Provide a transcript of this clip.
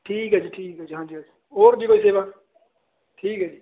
ਠੀਕ ਹੈ ਜੀ ਠੀਕ ਹੈ ਜੀ ਹਾਂਜੀ ਹਾਂਜੀ ਹੋਰ ਜੀ ਕੋਈ ਸੇਵਾ ਠੀਕ ਹੈ ਜੀ